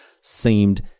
seemed